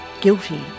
guilty